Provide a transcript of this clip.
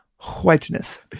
whiteness